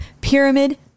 Pyramid